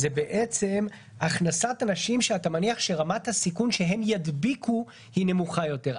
זה בעצם הכנסת אנשים שאתה מניח שרמת הסיכון שהם ידביקו היא נמוכה יותר.